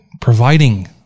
providing